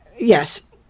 yes